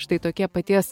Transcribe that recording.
štai tokie paties